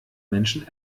menschen